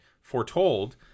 foretold